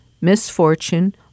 misfortune